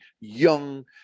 young